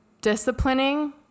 disciplining